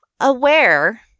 Aware